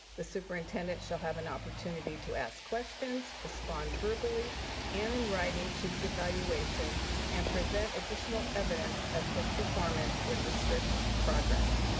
the superintendent shall have an opportunity to ask questions, respond verbally and in writing to the evaluation and present additional evidence of his performance or district progress.